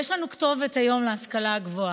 יש לנו כתובת היום להשכלה גבוהה.